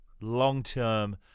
long-term